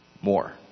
more